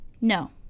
No